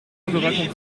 raconter